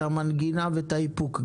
את המנגינה ואת האיפוק,